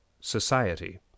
society